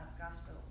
gospel